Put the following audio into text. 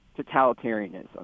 totalitarianism